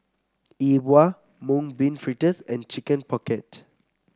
E Bua Mung Bean Fritters and Chicken Pocket